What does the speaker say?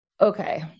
Okay